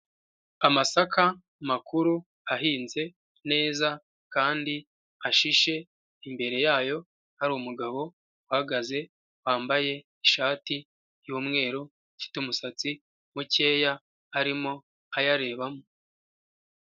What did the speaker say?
Amasaka makuru ahinze neza kandi ashishe, imbere yayo hari umugabo uhagaze wambaye ishati y'umweru afite umusatsi mukeya arimo ayarebamo.